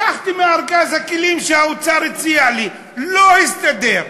לקחתי מארגז הכלים שהאוצר הציע לי, לא הסתדר.